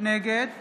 נגד